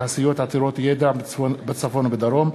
חוק קידום תעשיות עתירות ידע בצפון ובדרום,